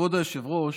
כבוד היושב-ראש,